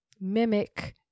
mimic